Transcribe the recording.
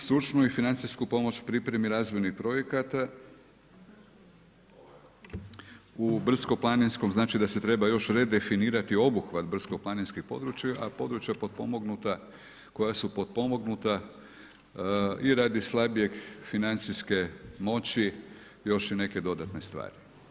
Stručnu i financijsku pomoć u pripremi razvojnih projekata u brdsko planinskom znači da se treba još redefinirati obuhvat brdsko planinskih područja, a područja potpomognuta koja su potpomognuta i radi slabijeg financijske moći još i neke dodatne stvari.